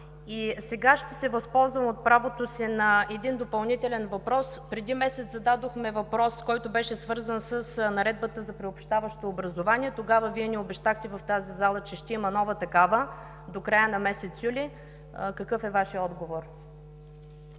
Сега ще се възползвам от правото си на един допълнителен въпрос. Преди месец зададохме въпрос, който беше свързан с Наредбата за приобщаващо образование. Тогава ни обещахте в тази зала, че ще има нова такава до края на месец юли. Какъв е Вашият отговор?